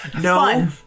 No